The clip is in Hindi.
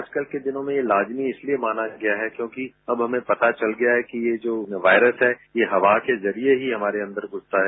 आजकल के दिनों में यह लाजमी यह माना गया है क्योंकि अब हमें पता चल गया है कि जो वायरस है यह हवा के जरिये ही हमारे अंदर घुसता है